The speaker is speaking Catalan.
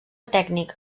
tècnic